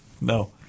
No